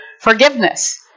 forgiveness